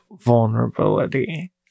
vulnerability